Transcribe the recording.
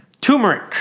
Turmeric